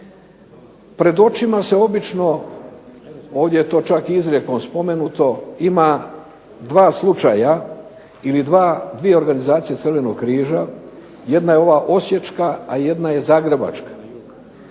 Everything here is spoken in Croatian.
Pred očima se obično, ovdje je to čak i izrijekom spomenuto ima dva slučaja ili dvije organizacije Crvenog križa. Jedna je ova osječka, a jedna je zagrebačka.